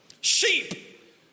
Sheep